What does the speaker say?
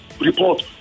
report